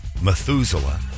Methuselah